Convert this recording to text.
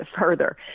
further